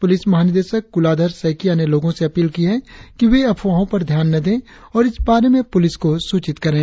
प्रलिस महानिदेशक कुलाधर सैकिया ने लोगों से अपील की है कि वे अफवाहों पर ध्यान न दें और इस बारे में प्रलिस को सूचित करें